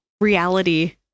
reality